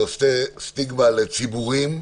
זה יוצר סטיגמה על ציבורים,